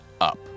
up